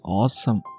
awesome